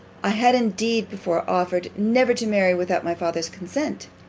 i had indeed before offered, never to marry without my father's consent